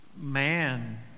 man